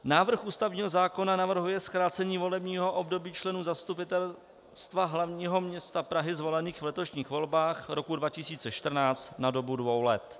Návrh ústavního zákona navrhuje zkrácení volebního období členů Zastupitelstva hlavního města Prahy zvolených v letošních volbách roku 2014 na dobu dvou let.